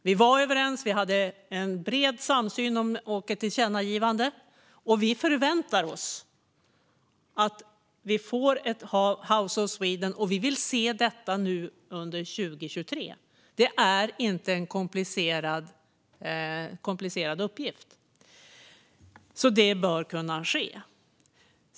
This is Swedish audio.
Vi var överens - vi hade en bred samsyn och ett tillkännagivande. Vi förväntar oss att vi får ett House of Sweden, och vi vill se detta under 2023. Det är inte en komplicerad uppgift, så det bör kunna ske.